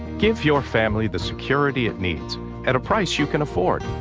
give your family the security it needs at a price you can afford.